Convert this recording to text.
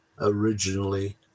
originally